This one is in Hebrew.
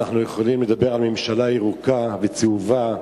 אנחנו יכולים לדבר על ממשלה ירוקה וצהובה,